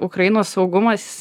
ukrainos saugumas